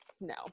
no